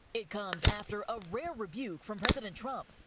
it comes after a rare rebuke from president trump.